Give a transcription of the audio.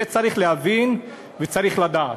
זה צריך להבין וצריך לדעת.